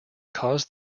caused